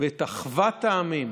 ואת אחוות העמים,